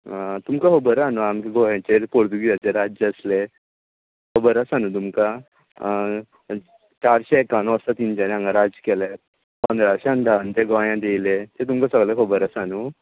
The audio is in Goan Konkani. तुमकां खबर हा न्हू आमच्या गोंयाचेर पुर्तूगीजाचे राज्य आसले खबर आसा न्हू तुमकां आ चारशे एक्कावन वर्सा तेंच्यानी राज्य केले पोनेळाच्यान ते आमच्या गोयांत येले ते तुमकां सगळे खबर आसा न्हू